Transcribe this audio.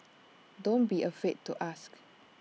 don't be afraid to ask